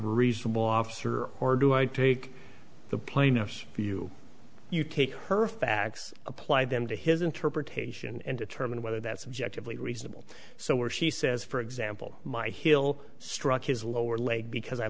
reasonable officer or do i take the plaintiff's view you take her facts apply them to his interpretation and determine whether that subjectively reasonable so where she says for example my hill struck his lower leg because i